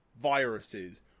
viruses